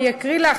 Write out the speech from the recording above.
אני אקריא לך,